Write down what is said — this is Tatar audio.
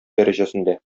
дәрәҗәсендә